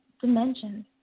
dimensions